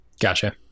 Gotcha